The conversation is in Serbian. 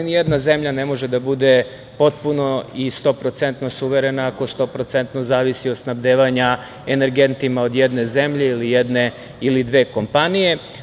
Nijedna zemlja ne može da bude potpuno i stoprocentno suverena, ako stoprocentno zavisi od snabdevanja energentima od jedne zemlje ili dve kompanije.